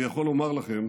אני יכול לומר לכם,